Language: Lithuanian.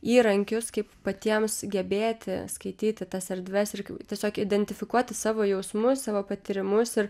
įrankius kaip patiems gebėti skaityti tas erdves ir tiesiog identifikuoti savo jausmus savo patyrimus ir